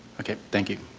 okay, thank you.